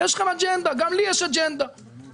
הייתה הסברה.